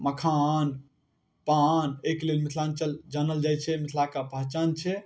मखान पान अइके लेल मिथिलाञ्चल जानल जाइ छै मिथिलाके पहिचान छै